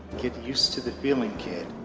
get used to the feeling kid.